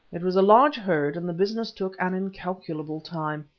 it was a large herd, and the business took an incalculable time.